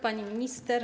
Pani Minister!